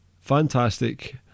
fantastic